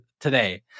today